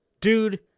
Dude